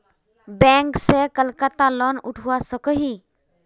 Bank से कतला loan उठवा सकोही?